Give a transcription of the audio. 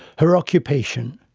her occupation,